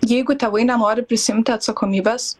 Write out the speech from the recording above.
jeigu tėvai nenori prisiimti atsakomybės